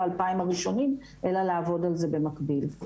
ה-2,000 הראשונים אלא לעבוד על זה במקביל.